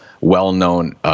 well-known